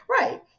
Right